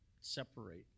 separate